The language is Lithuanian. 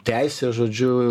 teisę žodžiu